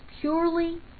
purely